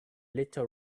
little